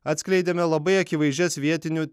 atskleidėme labai akivaizdžias vietinių